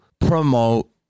promote